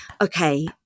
Okay